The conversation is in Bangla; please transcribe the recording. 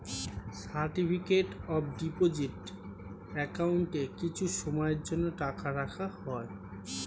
সার্টিফিকেট অফ ডিপোজিট অ্যাকাউন্টে কিছু সময়ের জন্য টাকা রাখা হয়